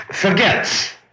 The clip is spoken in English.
forgets